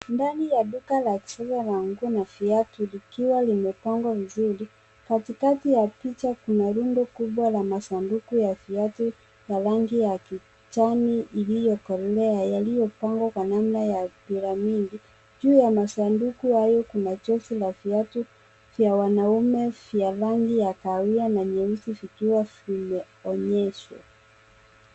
Ndani ya duka la kisasa la nguo na viatu likiwa limepangwa vizuri. Katikati ya picha kuna rundo kubwa la masanduku ya viatu na rangi ya kijani iliyokolea yaliyopangwa kwa namna ya piramidi. Juu ya masanduku hayo kuna jozi la viatu vya wanaume vya rangi ya kahawia na nyeusi vikiwa vimeonyeshwa.